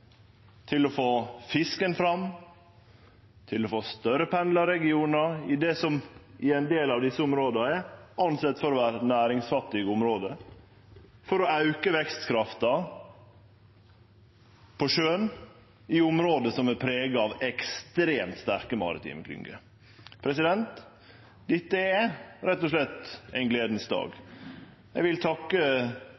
til å få fisken fram, til å få større pendlarregionar i det som i ein del av desse områda er sett på som næringsfattige område, for å auke vekstkrafta på sjøen i område som er prega av ekstremt sterke maritime klyngjer. Dette er rett og slett ein gledas dag.